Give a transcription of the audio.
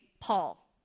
Paul